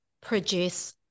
produce